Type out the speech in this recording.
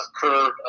curve